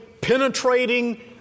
penetrating